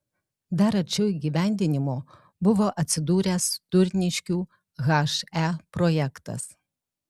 dar arčiau įgyvendinimo buvo atsidūręs turniškių he projektas